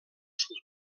sud